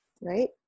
right